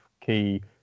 key